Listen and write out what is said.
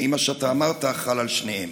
האם מה שאתה אמרת חל על שניהם?